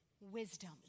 wisdom